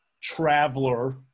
traveler